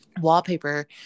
wallpaper